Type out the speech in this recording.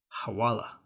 HAWALA